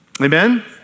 Amen